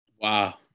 Wow